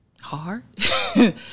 hard